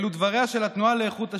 אלו דבריה של התנועה לאיכות השלטון,